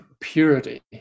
purity